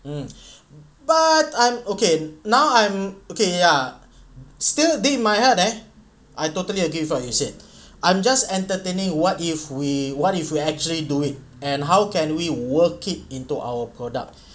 mm but I'm okay now I'm okay ya still in my head eh I totally agree with what you said I'm just entertaining what if we what if we actually do it and how can we work it into our product